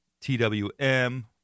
TWM